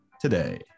today